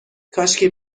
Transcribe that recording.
کاشکی